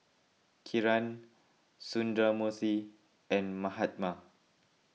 Kiran Sundramoorthy and Mahatma